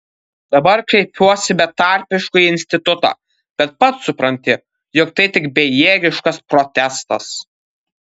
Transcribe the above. dabar kreipiuosi betarpiškai į institutą bet pats supranti jog tai tik bejėgiškas protestas